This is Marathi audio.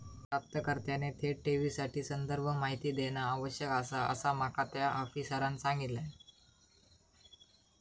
प्राप्तकर्त्याने थेट ठेवीसाठी संदर्भ माहिती देणा आवश्यक आसा, असा माका त्या आफिसरांनं सांगल्यान